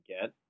get